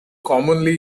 commonly